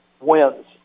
wins